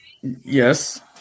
Yes